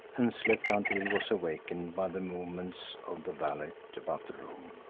and slept until he was awakened by the movements of the valet about the room.